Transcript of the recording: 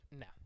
no